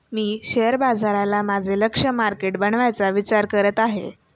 मी share बाजाराला माझे लक्ष्य मार्केट बनवण्याचा विचार करत आहे